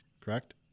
Correct